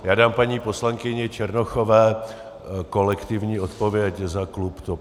Já dám paní poslankyni Černochové kolektivní odpověď za klub TOP 09.